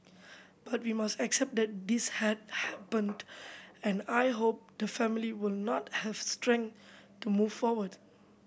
but we must accept that this has happened and I hope the family will not have strength to move forward